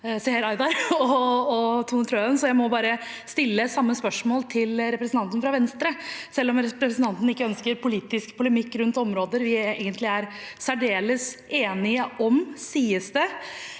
Seher Aydar og Tone Trøen at jeg bare må stille samme spørsmål til representanten fra Venstre – selv om representanten ikke ønsker politisk polemikk rundt områder vi egentlig er særdeles enige om, sies det.